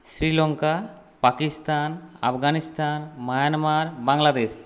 Sri Lanka Pakistan Afghanistan Myanmar Bangladesh